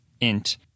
int